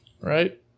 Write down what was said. right